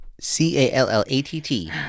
C-A-L-L-A-T-T